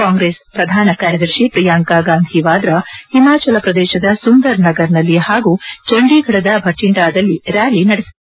ಕಾಂಗ್ರೆಸ್ ಪ್ರಧಾನ ಕಾರ್ಯದರ್ಶಿ ಪ್ರಿಯಾಂಕಾ ಗಾಂಧಿ ವಾಡ್ರಾ ಹಿಮಾಚಲಪ್ರದೇಶದ ಸುಂದರ್ನಗರದಲ್ಲಿ ಹಾಗೂ ಚಂಡಿಗಢದ ಭಟಿಂಡಾದಲ್ಲಿ ರ್ಯಾಲಿ ನಡೆಸಲಿದ್ದಾರೆ